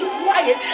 quiet